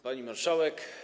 Pani Marszałek!